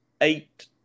eight